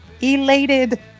Elated